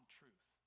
truth